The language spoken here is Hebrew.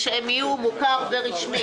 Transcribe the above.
רוצה שהם יהיו מוכר ורשמי,